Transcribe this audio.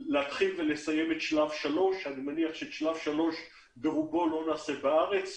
להתחיל ולסיים את שלב 3. אני מניח שאת שלב 3 ברובו לא נעשה בארץ,